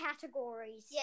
categories